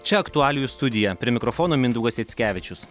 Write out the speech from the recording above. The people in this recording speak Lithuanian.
čia aktualijų studija prie mikrofono mindaugas jackevičius